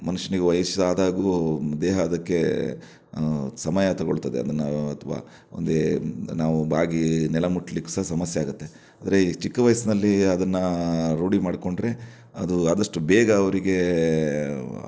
ಮನುಷ್ಯನಿಗೆ ವಯಸ್ಸಾದಾಗೂ ದೇಹ ಅದಕ್ಕೆ ಸಮಯ ತಗೊಳ್ತದೆ ಅದನ್ನು ಅಥವಾ ಮುಂದೆ ನಾವು ಬಾಗಿ ನೆಲ ಮುಟ್ಲಿಕ್ಕೆ ಸಹ ಸಮಸ್ಯೆ ಆಗುತ್ತೆ ಆದರೆ ಈ ಚಿಕ್ಕ ವಯಸ್ಸಿನಲ್ಲಿ ಅದನ್ನು ರೂಢಿ ಮಾಡಿಕೊಂಡ್ರೆ ಅದು ಆದಷ್ಟು ಬೇಗ ಅವರಿಗೆ